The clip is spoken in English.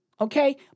Okay